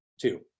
Two